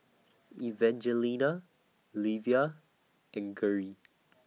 Evangelina Livia and Gerri